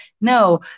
No